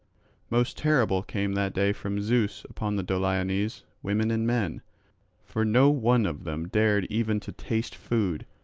most terrible came that day from zeus upon the doliones, women and men for no one of them dared even to taste food,